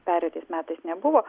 pereitais metais nebuvo